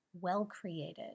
well-created